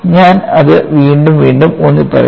ഞാൻ അത് വീണ്ടും വീണ്ടും ഊന്നിപ്പറയുന്നു